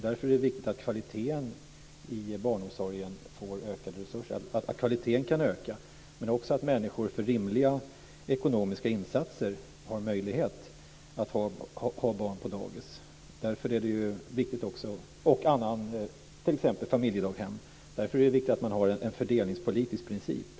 Därför är det viktigt att kvaliteten inom barnomsorgen kan öka och att människor för rimliga ekonomiska insatser har möjlighet att ha barn på dagis eller t.ex. i familjedaghem, och därför är det viktigt att ha en fördelningspolitisk princip.